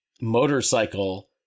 motorcycle